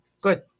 Good